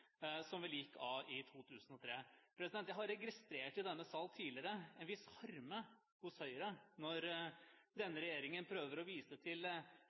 som vel gikk av i 2003. Jeg har registrert i denne sal tidligere en viss harme hos Høyre når denne regjeringen prøver å vise til